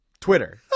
Twitter